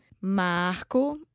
Marco